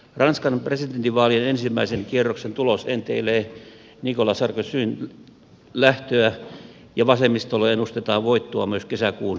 ranskan presidentinvaalien ensimmäisen kierroksen tulos enteilee nicolas sarkozyn lähtöä ja vasemmistolle ennustetaan voittoa myös kesäkuun parlamenttivaaleissa